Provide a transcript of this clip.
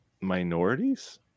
minorities